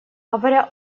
говоря